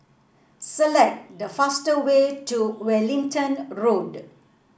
select the fast way to Wellington Road